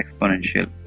exponential